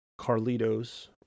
Carlitos